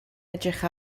edrych